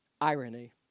Irony